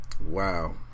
Wow